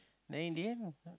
now in the end